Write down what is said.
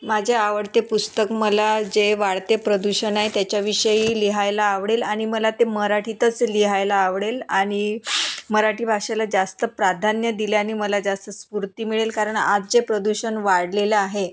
माझे आवडते पुस्तक मला जे वाढते प्रदूषण आहे त्याच्याविषयी लिहायला आवडेल आणि मला ते मराठीतच लिहायला आवडेल आणि मराठी भाषेला जास्त प्राधान्य दिल्याने मला जास्त स्फूर्ती मिळेल कारण आज जे प्रदूषण वाढलेलं आहे